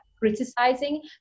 criticizing